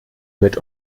mit